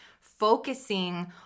focusing